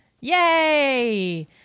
Yay